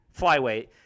flyweight